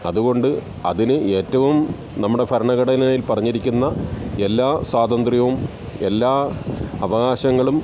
അതുകൊണ്ട് അതിന് ഏറ്റവും നമ്മുടെ ഭരണഘടനയിൽ പറഞ്ഞിരിക്കുന്ന എല്ലാ സാതന്ത്ര്യവും എല്ലാ അവകാശങ്ങളും